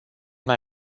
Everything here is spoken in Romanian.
mai